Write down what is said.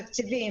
תקציבים,